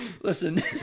Listen